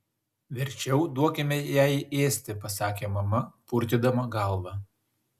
verčiau duokime jai ėsti pasakė mama purtydama galvą